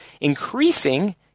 increasing